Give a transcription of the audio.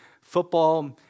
football